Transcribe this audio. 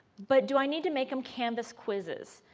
but do i need to make them canvas quizzes.